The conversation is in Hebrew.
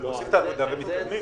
אנחנו עושים את העבודה ומתקדמים.